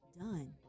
done